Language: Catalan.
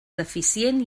deficient